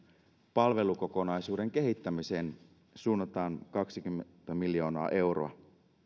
palvelukokonaisuuden kehittämiseen suunnataan kaksikymmentä miljoonaa euroa